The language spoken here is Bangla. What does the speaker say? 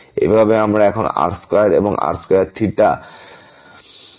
এইভাবে আমরা এখানে পাব r2 এবং এখানে r2